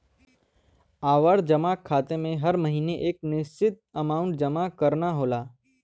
आवर्ती जमा खाता में हर महीने एक निश्चित अमांउट जमा करना होला